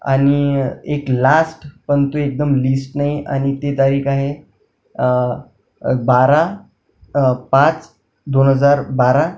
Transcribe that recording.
आणि एक लास्ट परंतु एकदम लिस्ट नाही आणि ते तारीख आहे बारा पाच दोन हजार बारा